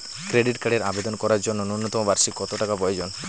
Credit কার্ডের আবেদন করার জন্য ন্যূনতম বার্ষিক কত টাকা প্রয়োজন?